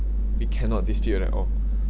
we cannot dispute at all